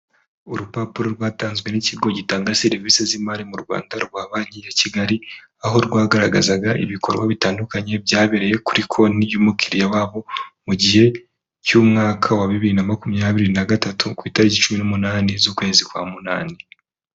Urupapuro rwatanzwe n'ikigo gitanga serivisi z'imari mu Rwanda rwa banki ya Kigali. Aho rwagaragazaga ibikorwa bitandukanye byabereye kuri konti y'umukiriya wabo, mu gihe cy'umwaka wa bibiri na makumyabiri na gatatu ku itariki cumi n'umunani z'ukwezi kwa munani.